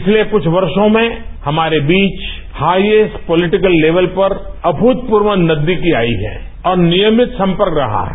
पिछले कुछ वर्षो में हमारे बीच हायेस्ट पॉलिटिकल लेवल पर अभूतपूर्व नजदीकी आई है और नियमित संपर्क रहा है